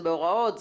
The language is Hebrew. זה בהוראות,